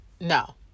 no